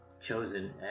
chosen